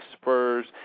Spurs